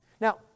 Now